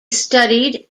studied